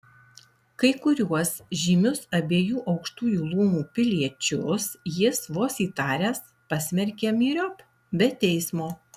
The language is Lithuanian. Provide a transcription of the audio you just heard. kai kuriuos žymius abiejų aukštųjų luomų piliečius jis vos įtaręs pasmerkė myriop be teismo